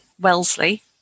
Wellesley